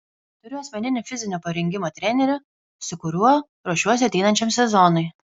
turiu asmeninį fizinio parengimo trenerį su kuriuo ruošiuosi ateinančiam sezonui